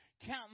counting